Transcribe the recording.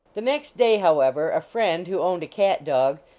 the next day, however, a friend who owned a cat-dog,